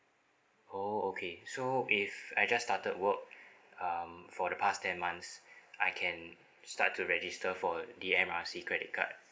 oh okay so if I just started work um for the past ten months I can start to register for the M R C credit card